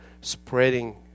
spreading